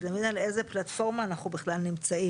איזה שנבין על איזה פלטפורמה אנחנו בכלל נמצאים.